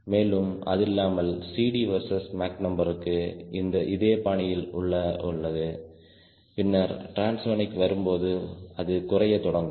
மேலும் அதில்லாமல் CL versus Mach நம்பருக்கும் இதே பாணியில் உள்ளது பின்னர் டிரான்சோனிக் வரும்போது அது குறையத் தொடங்கும்